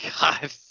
God